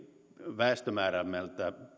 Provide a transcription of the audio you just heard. väestömäärältämme